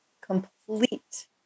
complete